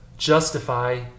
justify